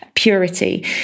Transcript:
Purity